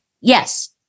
Yes